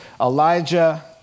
Elijah